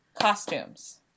costumes